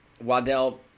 Waddell